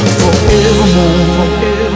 forevermore